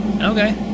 Okay